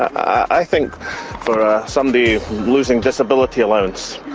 i think for somebody losing disability allowance,